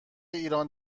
ایران